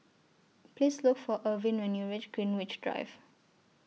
Please Look For Ervin when YOU REACH Greenwich Drive